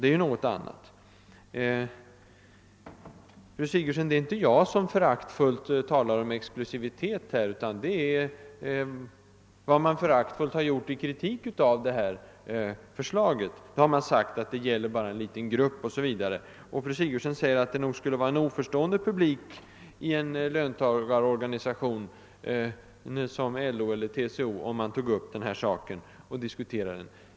Det är något helt annat. Det är inte jag som föraktfullt talar om exklusivitet i detta sammanhang, fru Sigurdsen, utan det är i kritiken av detta förslag, som man har uttryckt sig föraktfullt och sagt att här gäller det bara en liten grupp o.s.v. Fru Sigurdsen sade också att om man tog upp och diskuterade denna fråga i en löntagarorganisation, t.ex. i LO eller TCO, så skulle man möta en oförstående publik.